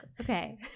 Okay